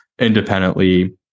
independently